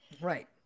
Right